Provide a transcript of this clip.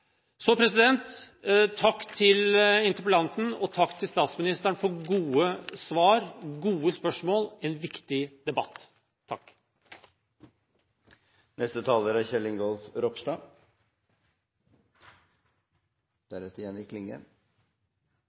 Så takk til interpellanten og takk til statsministeren for gode svar, gode spørsmål. En viktig debatt – takk.